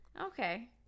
Okay